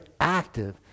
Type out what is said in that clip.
active